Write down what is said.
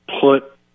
put